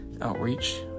outreach